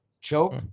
choke